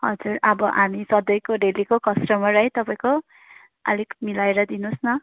हजुर अब हामी सधैँको डेलीको कस्टमर है तपाईँको अलिक मिलाएर दिनुहोस् न